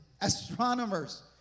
astronomers